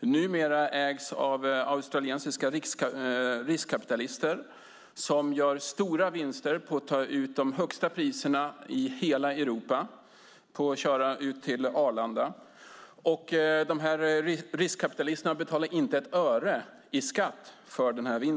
numera ägs av australiensiska riskkapitalister, som gör stora vinster på att ta ut de högsta priserna i hela Europa på att köra till Arlanda? Dessa riskkapitalister betalar inte ett öre i skatt för denna vinst.